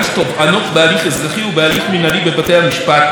תובענות בהליך אזרחי ובהליך מינהלי בבתי המשפט,